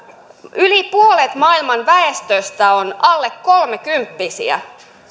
yli puolet maailman väestöstä on alle kolmekymppisiä